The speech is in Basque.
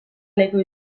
leku